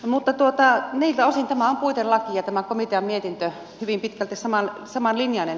mutta niiltä osin tämä on puitelaki ja tämä komitean mietintö hyvin pitkälti samanlinjainen